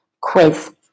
quiz